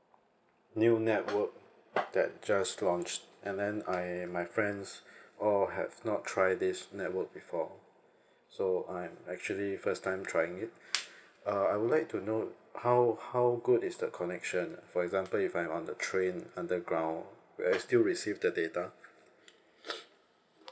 new network that just launched and then I my friends all have not try this network before so I'm actually first time trying it uh I would like to know how how good is the connection for example if I'm on the train underground will I still receive the data